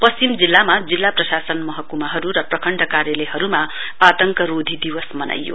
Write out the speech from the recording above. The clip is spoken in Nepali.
पश्चिम जिल्लामा जिल्ला प्रशासनमहक्माहरु र प्रखण्ड कार्यक्रमहरुमा आतंकरोधी दिवस मनाइयो